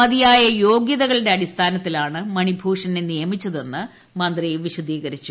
മതിയായ യോഗ്യതകളുടെ അടിസ്ഥാനത്തിലാണ് മണിഭൂഷണനെ നിയമിച്ചതെന്ന് മന്ത്രി വിശദീകരിച്ചു